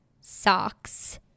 socks